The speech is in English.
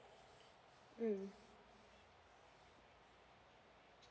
mm